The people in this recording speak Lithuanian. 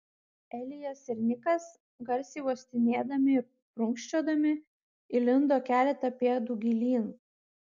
elijas ir nikas garsiai uostinėdami ir prunkščiodami įlindo keletą pėdų gilyn